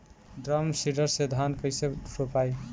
Drum seeder से धान कैसे रोपाई?